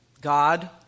God